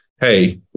Hey